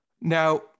Now